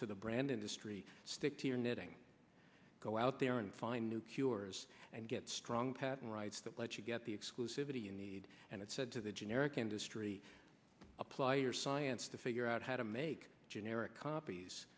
to the brand industry stick to your knitting go out there and find new cures and get strong patent rights that let you get the exclusivity you need and it said to the generic industry apply your science to figure out how to make generic copies